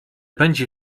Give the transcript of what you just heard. będzie